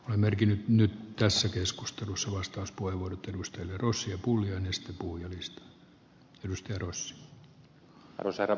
merkin nyt tässä keskustelussa vastauspuheenvuoro tiedusteli jos joku arvoisa herra puhemies